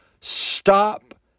Stop